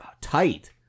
tight